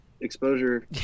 exposure